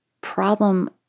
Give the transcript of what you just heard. problem